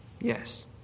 Yes